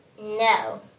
No